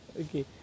Okay